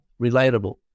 relatable